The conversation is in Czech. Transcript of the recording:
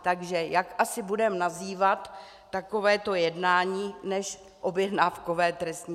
Takže jak asi budeme nazývat takovéto jednání než objednávkové trestní stíhání?